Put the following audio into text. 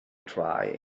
try